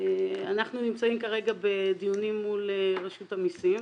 אנחנו נמצאים כרגע בדיונים מול רשות המיסים.